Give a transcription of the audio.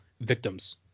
victims